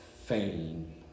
fame